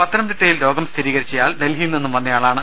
പത്തനംതിട്ടയിൽ രോഗം സ്ഥിരീകരിച്ചയാൾ ഡൽഹിയിൽനിന്നും വന്നയാളാണ്